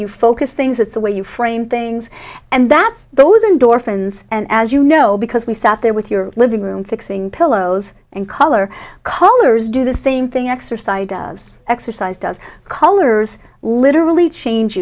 you focus things that's the way you frame things and that's those endorphins and as you know because we sat there with your living room fixing pillows and color colors do the same thing exercise does exercise does colors literally change